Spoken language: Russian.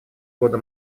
года